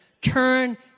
Turn